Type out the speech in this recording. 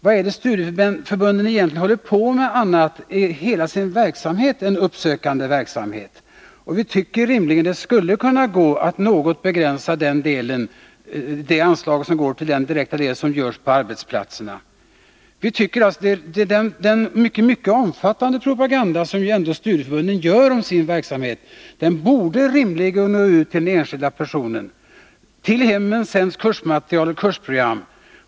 Vad är det studieförbunden håller på med om inte just uppsökande verksamhet? Vi tycker att det rimligen borde kunna gå att något begränsa det anslag som direkt går till den uppsökande verksamhet som görs på arbetsplatserna. Den mycket omfattande propaganda som ju studieförbunden bedriver för sin verksamhet borde rimligen nå ut till den enskilda personen. Till hemmen sänds ju kursmaterial och kursprogram.